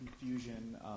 confusion